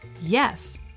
Yes